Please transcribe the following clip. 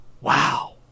wow